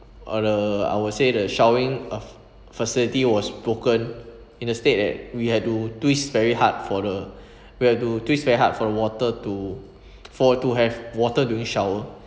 uh the I would say the showering uh facility was broken in a state that we had to twist very hard for the we have to twist very hard for the water to for to have water during shower